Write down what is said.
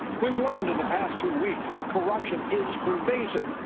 we've learned in the past two weeks that corruption is pervasive.